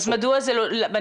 אז מדוע זה לא קיים,